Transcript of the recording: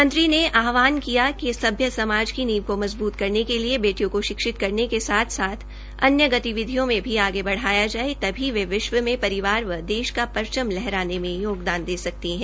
मंत्री ने आहवान किया कि सभ्य समाज की नींव का मजबूत करने के लिए बेटियों को शिक्षित करने के साथ साथ अन्य गतिविधियों में आगे बढ़ाया जाये तभी वे विश्व में परिवार व देश का परचम लहराने में योगदान दे सकती है